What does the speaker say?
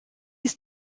ist